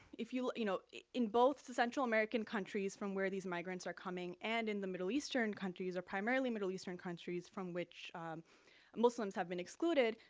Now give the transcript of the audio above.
if, you know you know in both the central american countries from where these migrants are coming and in the middle eastern countries or primarily middle eastern countries from which muslims have been excluded,